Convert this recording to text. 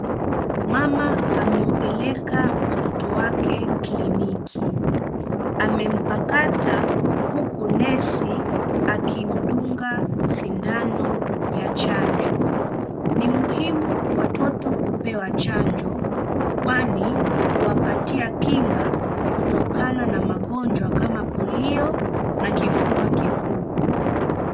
Mama amepeleka mtoto wake kliniki. Amempakata, huku nesi akimdunga sindano ya chanjo. Ni muhimu watoto kupewa chanjo, kwani huwapatia kinga kutokana na magonjwa kama polio na kifua kikuu.